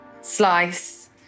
slice